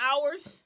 hours